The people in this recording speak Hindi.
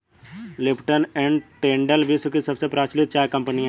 लिपटन एंड टेटले विश्व की सबसे प्रचलित चाय कंपनियां है